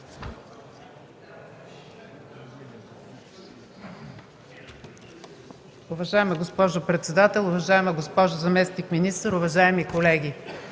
Уважаема госпожо председател, уважаема госпожо заместник-министър, уважаеми колеги!